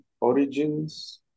origins